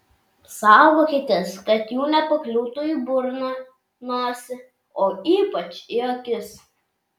saugokitės kad jų nepakliūtų į burną nosį o ypač į akis